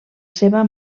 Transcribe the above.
seva